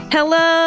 Hello